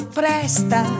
presta